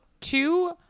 Two